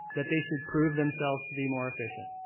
that they should prove themselves to be more efficient,